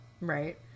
right